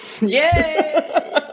Yay